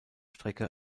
strecke